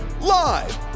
live